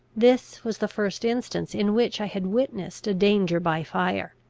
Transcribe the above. this was the first instance in which i had witnessed a danger by fire.